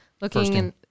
looking